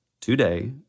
today